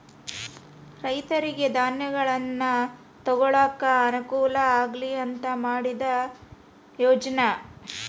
ರೈತರಿಗೆ ಧನಗಳನ್ನಾ ತೊಗೊಳಾಕ ಅನಕೂಲ ಆಗ್ಲಿ ಅಂತಾ ಮಾಡಿದ ಯೋಜ್ನಾ